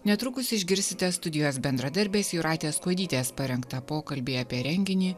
netrukus išgirsite studijos bendradarbės jūratės kuodytės parengtą pokalbį apie renginį